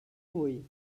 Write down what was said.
vull